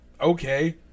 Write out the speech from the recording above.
okay